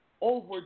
over